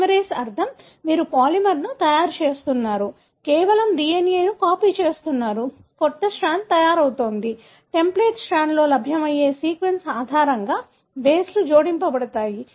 polymerase అర్థం మీరు పాలిమర్ని తయారు చేస్తున్నారు కేవలం DNA ని కాపీ చేస్తున్నారు కొత్త స్ట్రాండ్ తయారవుతుంది టెంప్లేట్ స్ట్రాండ్లో లభ్యమయ్యే సీక్వెన్స్ ఆధారంగా బేస్లు జోడించబడతాయి